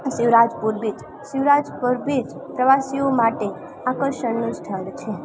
Shivrajpur beach Shivrajpur beach પ્રવાસીઓ માટે આકર્ષણનું સ્થળ છે